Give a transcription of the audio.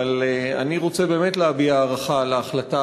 אבל אני רוצה באמת להביע הערכה על ההחלטה